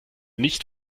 nicht